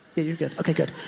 yeah, you're good. okay, good.